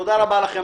תודה רבה לכם.